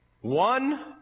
One